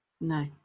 No